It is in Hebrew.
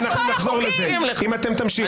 ואנחנו נחזור לזה אם אתם תמשיכו.